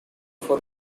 for